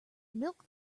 milk